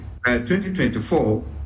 2024